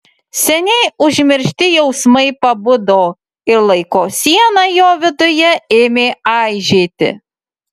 seniai užmiršti jausmai pabudo ir laiko siena jo viduje ėmė aižėti